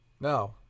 No